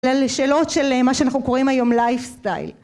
לשאלות של, מה שאנחנו קוראים היום "לייף-סטייל"